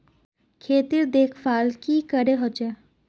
खेतीर देखभल की करे होचे?